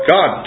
God